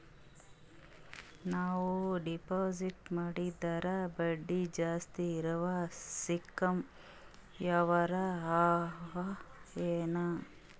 ನಾವು ಡೆಪಾಜಿಟ್ ಮಾಡಿದರ ಬಡ್ಡಿ ಜಾಸ್ತಿ ಇರವು ಸ್ಕೀಮ ಯಾವಾರ ಅವ ಏನ?